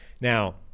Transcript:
now